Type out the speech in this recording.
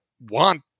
want